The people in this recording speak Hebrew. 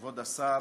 כבוד השר,